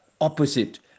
opposite